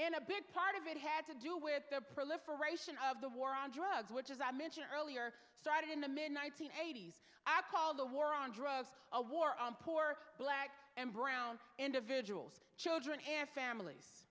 and a big part of it had to do with the proliferation of the war on drugs which as i mentioned earlier started in the mid one nine hundred eighty s i call the war on drugs a war on poor black and brown individuals children and families